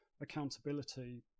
accountability